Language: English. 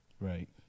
Right